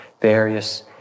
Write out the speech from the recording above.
various